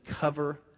cover